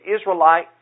Israelite